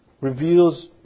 reveals